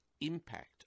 impact